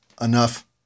enough